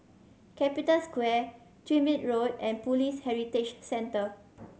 Capital Square Tyrwhitt Road and Police Heritage Centre